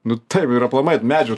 nu taip ir aplamai medžių